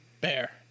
Bear